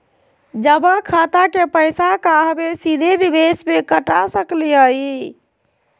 जमा खाता के पैसा का हम सीधे निवेस में कटा सकली हई?